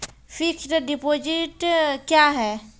Fixed deposit क्या हैं?